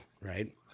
right